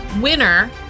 winner